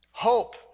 hope